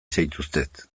zaituztet